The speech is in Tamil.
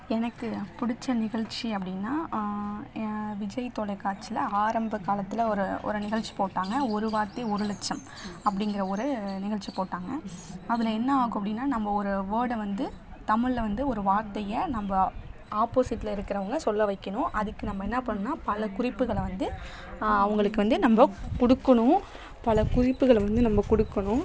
எனக்கு பிடிச்ச நிகழ்ச்சி அப்படின்னா ஏன் விஜய் தொலைக்காட்சியில் ஆரம்பக் காலத்தில் ஒரு ஒரு நிகழ்ச்சி போட்டாங்க ஒரு வார்த்தை ஒரு லட்சம் அப்படிங்கற ஒரு நிகழ்ச்சி போட்டாங்க அதில் என்னாகும் அப்படின்னா நம்ம ஒரு வேர்டை வந்து தமிழ்ல வந்து ஒரு வார்த்தையை நம்ம ஆப்போசிட்டில் இருக்கிறவங்கள சொல்ல வைக்கணும் அதுக்கு நம்ம என்ன பண்ணணுன்னால் பல குறிப்புகளை வந்து அவங்களுக்கு வந்து நம்ம கொடுக்கணும் பல குறிப்புகளை வந்து நம்ம கொடுக்கணும்